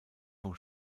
vom